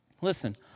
Listen